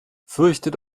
fürchtet